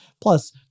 Plus